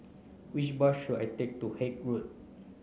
which bus should I take to Haig Road